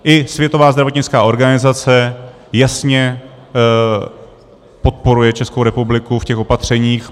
I Světová zdravotnická organizace jasně podporuje Českou republiku v těch opatřeních.